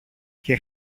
και